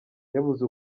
yabuze